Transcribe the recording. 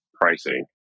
pricing